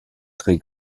très